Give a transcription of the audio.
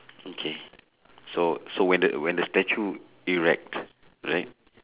okay so so when the when the statue erect right